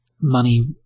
money